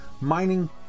mining